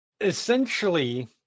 essentially